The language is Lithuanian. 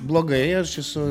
blogai aš esu